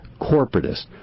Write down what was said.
corporatist